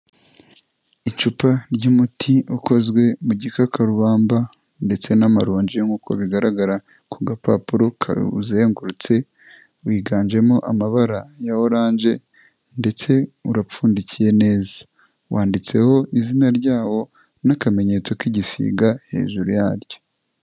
Icupa ry'umuti ukozwe mu gikakarubamba ndetse n'amaronji nk'uko bigaragara ku gapapuro kawuzengurutse, wiganjemo amabara ya oranje ndetse urapfundikiye neza, wanditseho izina ryawo n'akamenyetso k'igisiga hejuru yaryo.